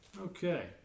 Okay